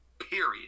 period